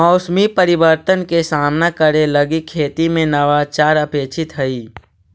मौसमी परिवर्तन के सामना करे लगी खेती में नवाचार अपेक्षित हई